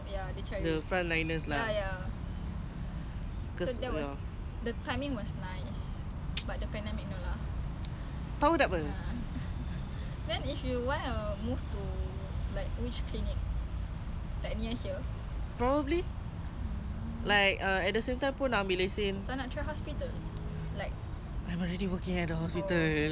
probably like err at the same time pun nak ambil lesen I'm already working at the hospital already stressful okay lah like when I get my first pay I was like okay ah ni titik peluh sendiri eh macam